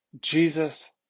Jesus